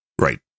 right